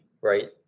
right